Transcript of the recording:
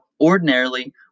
ordinarily